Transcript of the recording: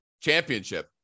Championship